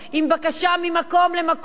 עם בקשה ממקום למקום,